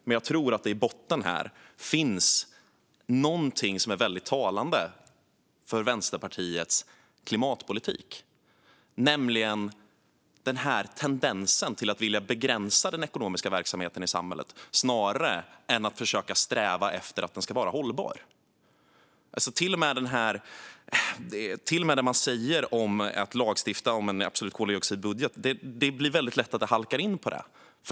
Men jag tror att det i botten här finns någonting som är väldigt talande för Vänsterpartiets politik, nämligen tendensen att vilja begränsa den ekonomiska verksamheten i samhället snarare än att försöka sträva efter att den ska vara hållbar. Det gäller även det man säger om att lagstifta om en absolut koldioxidbudget. Det blir väldigt lätt att det halkar in på det.